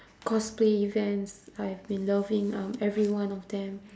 cosplay events I've been loving um every one of them